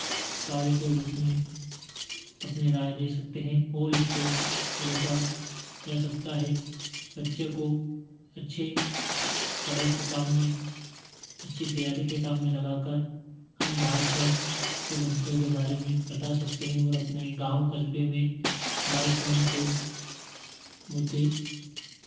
कार्य के रूप में अपने राय दे सकते हैं वो जिसको रोका जा सकता है बच्चे को अच्छे पढ़ाई के काम में अच्छी तैयारी के काम में लगाकर हम बालश्रम के मुद्दों के बारे में बता सकते हैं और अपने गाँव कस्बे में बालश्रम के मुद्दे